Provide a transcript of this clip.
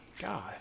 God